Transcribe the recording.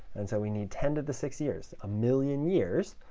and so we need ten to the six years, a million years,